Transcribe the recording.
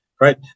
right